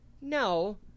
No